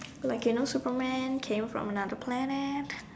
like you know Superman came from another planet